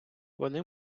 вони